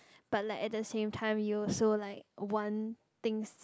but like at the same time you also like want things